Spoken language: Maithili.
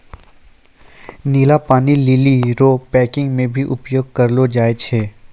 नीला पानी लीली रो पैकिंग मे भी उपयोग करलो जाय छै